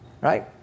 Right